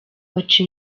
baca